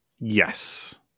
Yes